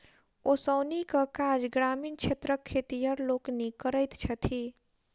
ओसौनीक काज ग्रामीण क्षेत्रक खेतिहर लोकनि करैत छथि